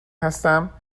هستم